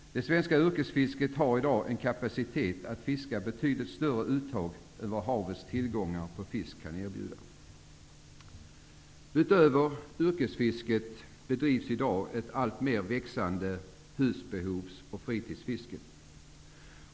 Det svenska yrkesfisket har i dag en kapacitet att fiska betydligt större uttag än vad havets tillgångar på fisk kan erbjuda. Utöver yrkesfisket bedrivs i dag ett alltmer växande husbehovs och fritidsfiske.